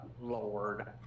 Lord